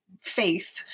Faith